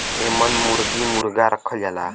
एमन मुरगी मुरगा रखल जाला